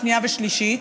שנייה ושלישית,